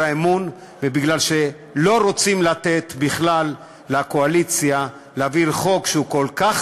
האמון ובגלל שלא רוצים לתת בכלל לקואליציה להעביר חוק שהוא כל כך